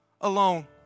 alone